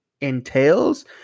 entails